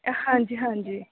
ਹਾਂਜੀ ਹਾਂਜੀ